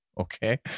Okay